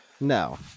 No